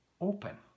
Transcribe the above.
open